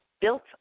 built